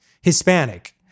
Hispanic